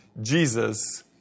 Jesus